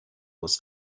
was